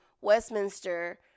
westminster